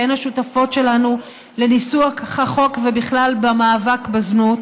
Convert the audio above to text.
שהן השותפות שלנו בניסוח החוק ובכלל במאבק בזנות,